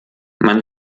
man